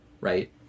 right